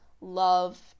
love